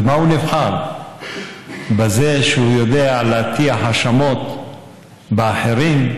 במה הוא נבחר, בזה שהוא יודע להטיח האשמות באחרים?